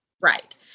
Right